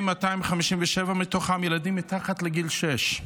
7,257 מהם ילדים מתחת לגיל שש.